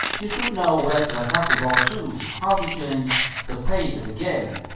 you should know where to attack the ball to, how to change the pace of the game.